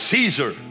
Caesar